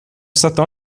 stato